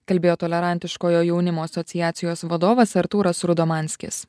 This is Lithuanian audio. kalbėjo tolerantiškojo jaunimo asociacijos vadovas artūras rudomanskis